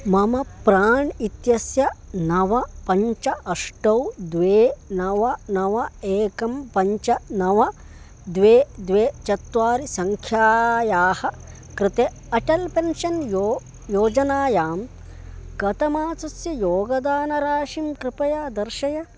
मम प्राण् इत्यस्य नव पञ्च अष्टौ द्वे नव नव एकं पञ्च नव द्वे द्वे चत्वारि सङ्ख्यायाः कृते अटल् पेन्शन् यो योजनायां गतमासस्य योगदानराशिं कृपया दर्शय